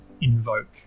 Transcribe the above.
invoke